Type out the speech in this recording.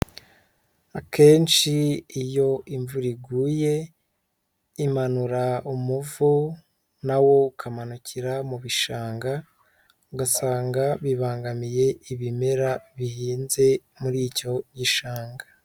Akenshi iyo imvura iguye, imanura umuvu na wo ukamanukira mu bishanga, ugasanga bibangamiye ibimera bihinze muri icyo gishanga.